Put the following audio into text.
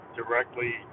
directly